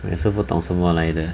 我也是不懂什么来的